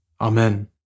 Amen